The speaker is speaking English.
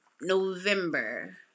November